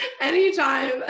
Anytime